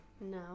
No